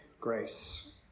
grace